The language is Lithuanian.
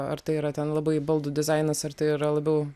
ar tai yra ten labai baldų dizainas ar tai yra labiau